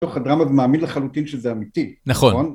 תוך הדרמה זה מאמין לחלוטין שזה אמיתי. נכון.